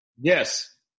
yes